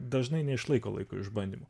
dažnai neišlaiko laiko išbandymų